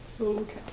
Okay